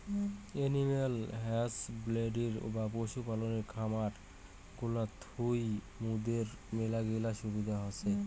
animal husbandry বা পশু পালনের খামার গুলা থুই মুইদের মেলাগিলা সুবিধা হসে